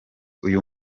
uyu